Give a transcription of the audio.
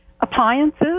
appliances